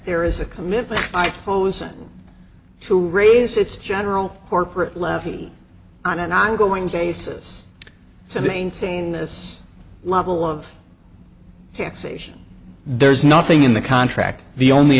there is a commitment i propose to raise its general corporate levy on an ongoing basis so the maintaining this level of taxation there is nothing in the contract the only